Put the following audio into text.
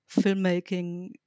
filmmaking